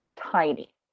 tiny